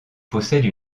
possède